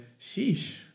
Sheesh